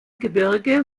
gebirge